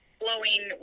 blowing